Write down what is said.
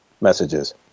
messages